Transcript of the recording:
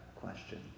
question